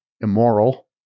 immoral